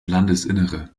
landesinnere